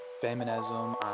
feminism